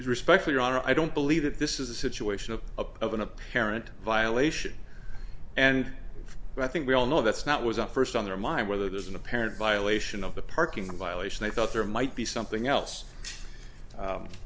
so respect your honor i don't believe that this is a situation of a of an apparent violation and i think we all know that's not was a st on their mind whether there's an apparent violation of the parking violation they thought there might be something else